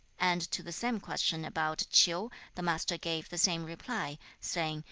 and to the same question about ch'iu the master gave the same reply, saying,